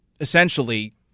essentially